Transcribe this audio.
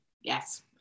Yes